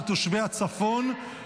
של תושבי הצפון,